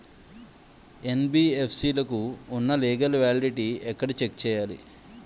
NBFC లకు ఉన్నా legal validity ఎక్కడ చెక్ చేయాలి?